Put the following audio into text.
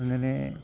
അങ്ങനെ